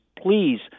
please